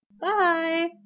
Bye